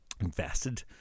invested